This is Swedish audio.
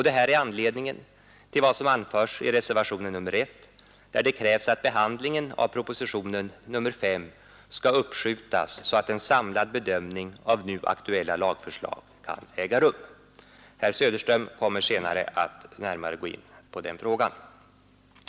Det här är anledningen till vad som anförs i reservationen 1, där det krävs att behandlingen av propositionen 5 skall uppskjutas, så att en samlad bedömning av nu aktuella lagförslag kan äga rum. — Herr Söderström kommer senare att närmare gå in på den frågan.